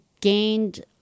gained